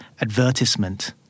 advertisement